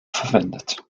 verwendet